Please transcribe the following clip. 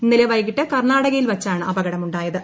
ഇന്നലെ വൈകിട്ട് കർണ്ണാടകയിൽ വച്ചാണ് അപകടം ഉണ്ടായത്